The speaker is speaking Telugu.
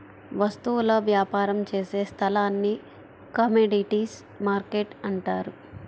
వస్తువుల వ్యాపారం చేసే స్థలాన్ని కమోడీటీస్ మార్కెట్టు అంటారు